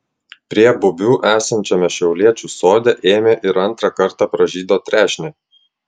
prie bubių esančiame šiauliečių sode ėmė ir antrą kartą pražydo trešnė